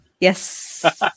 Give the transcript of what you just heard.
Yes